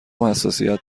حساسیت